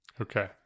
Okay